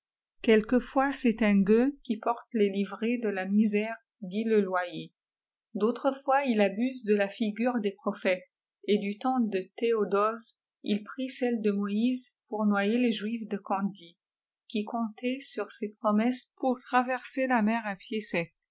quelquefois c'est un gueux qui parte les liviées de la misère dit leloyer d'autres fois il abuse de la figure des prophètes et du temps de théodose il prif celle de moïse pour noyer les juifs de candie qui comptaient sur ses promesses pour ti a verser la mçr à